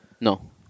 No